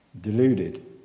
deluded